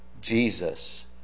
Jesus